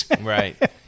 Right